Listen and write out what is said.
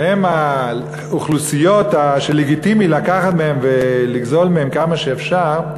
שהם האוכלוסיות שלגיטימי לקחת מהן ולגזול מהן כמה שאפשר,